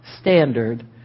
standard